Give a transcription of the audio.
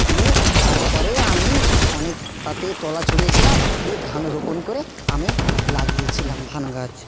তিনি তারপরে আমি অনেক তাতে তলা ছড়িয়েছিলাম দিয়ে ধান রোপণ করে আমি লাগিয়েছিলাম ধান গাছ